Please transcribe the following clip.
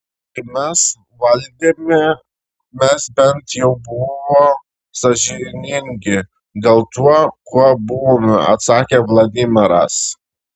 kai mes valdėme mes bent jau buvo sąžiningi dėl tuo kuo buvome atsakė vladimiras